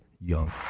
Young